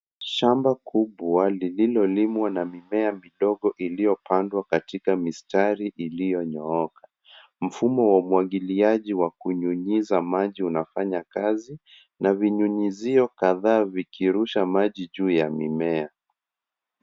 Shamba kubwa lililolimwa na mimea midogo iliyopandwa katika mistari iliyonyooka. Mfumo wa umwagiliaji wa kunyunyiza maji unafanya kazi na vinyunyizio kadhaa vikirusha maji juu ya mimea.